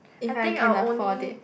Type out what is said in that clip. I think I will only